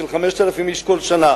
של 5,000 איש כל שנה,